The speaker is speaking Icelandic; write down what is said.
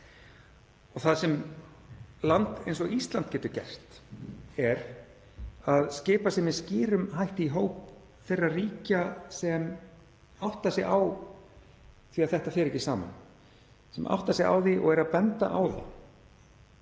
Það sem land eins og Ísland getur gert er að skipa sér með skýrum hætti í hóp þeirra ríkja sem átta sig á því að þetta fer ekki saman og eru að benda á það.